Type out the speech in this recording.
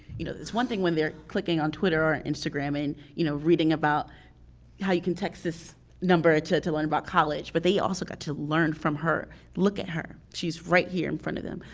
you know, it's one thing when they're clicking on twitter or instagram and you know reading about how you can text this number to to learn about college, but they also got to learn from her. look at her. she's right here in front of them.